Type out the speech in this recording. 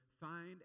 find